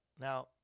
Now